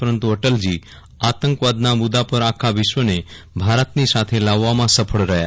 પરંતુ અટલજી આતંકવાદના મુદ્દા પર આખા વિશ્વને ભારતની સાથે લાવવામાં સફળ રહ્યા